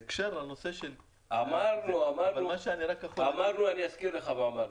בהקשר לנושא --- אני אזכיר לך מה אמרנו.